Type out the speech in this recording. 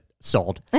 sold